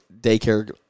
daycare